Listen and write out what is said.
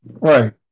Right